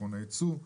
מכון הייצוא.